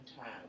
time